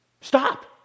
Stop